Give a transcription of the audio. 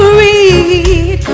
read